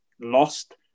lost